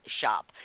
Shop